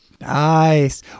nice